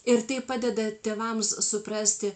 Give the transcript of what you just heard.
ir tai padeda tėvams suprasti